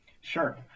Sure